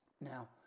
now